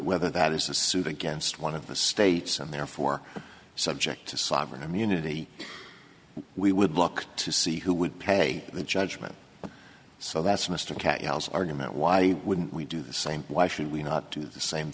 whether that is a suit against one of the states and therefore subject to sovereign immunity we would look to see who would pay the judgment so that's mr cat house argument why wouldn't we do the same why should we not do the same